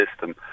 system